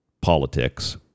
politics